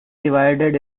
divided